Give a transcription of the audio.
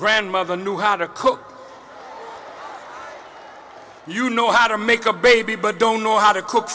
grandmother knew how to cook a hooker you know how to make a baby but don't know how to cook